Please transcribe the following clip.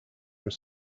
were